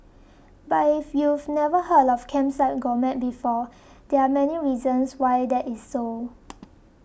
but if you've never heard of Kerbside Gourmet before there are many reasons why that is so